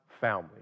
family